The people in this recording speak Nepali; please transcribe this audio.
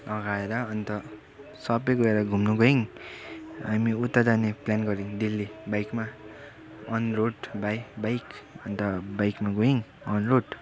लगाएर अन्त सबै गरेर घुम्नु गयौँ हामी उता जाने प्लान गऱ्यौँ दिल्ली बाइकमा अन रोड बाइक अन्त बाइकमा गयौँ अन रोड